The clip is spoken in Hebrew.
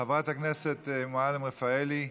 חברת הכנסת מועלם-רפאלי,